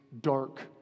dark